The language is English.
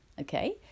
okay